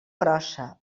grossa